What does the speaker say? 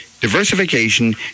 Diversification